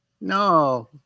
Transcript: No